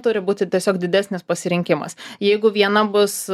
turi būti tiesiog didesnis pasirinkimas jeigu viena bus